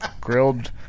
grilled